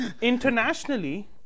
internationally